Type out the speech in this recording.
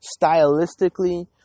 Stylistically